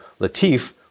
Latif